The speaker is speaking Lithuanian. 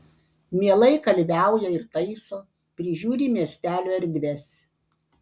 mielai kalviauja ir taiso prižiūri miestelio erdves